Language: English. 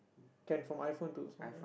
can from iPhone to Samsung